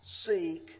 seek